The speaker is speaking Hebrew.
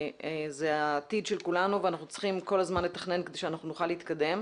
זה העתיד של כולנו ואנחנו צריכים כל הזמן לתכנן כדי שאנחנו נוכל להתקדם,